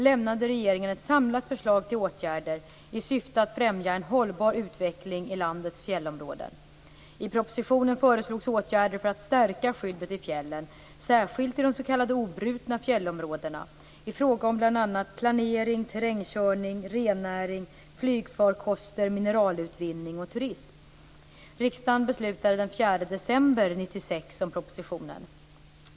1996 97:63) lämnade regeringen ett samlat förslag till åtgärder i syfte att främja en hållbar utveckling i landets fjällområden. I propositionen föreslogs åtgärder för att stärka skyddet i fjällen, särskilt i de s.k. obrutna fjällområdena, i fråga om bl.a. planering, terrängkörning, rennäring, flygfarkoster, mineralutvinning och turism. Riksdagen beslutade den 4 december 1996 om propositionen.